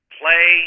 play